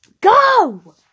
Go